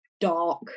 dark